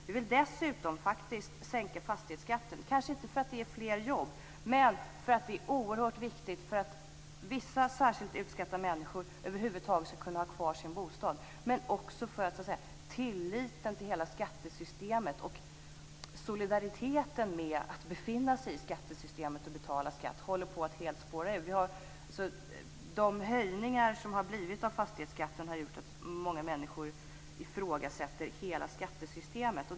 Vi vill dessutom faktiskt sänka fastighetsskatten. Det vill vi, inte därför att det ger fler jobb, utan därför att det är oerhört viktigt för att vissa särskilt utsatta människor över huvud taget skall kunna ha kvar sin bostad. Men det är också viktigt därför att tilliten till hela skattesystemet och solidariteten med att befinna sig i skattesystemet och betala skatt håller på att helt spåra ur. Höjningarna av fastighetsskatten har gjort att många människor ifrågasätter hela skattesystemet.